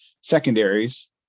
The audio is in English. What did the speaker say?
secondaries